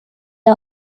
the